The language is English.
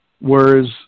Whereas